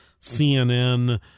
CNN